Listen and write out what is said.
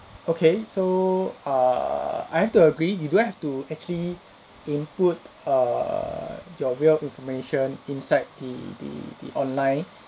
okay so err I have to agree you don't have to actually input err your real information inside the the the online